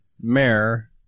mayor